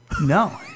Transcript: No